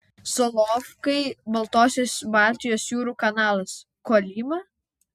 solovkai baltosios baltijos jūrų kanalas kolyma